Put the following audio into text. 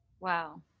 wow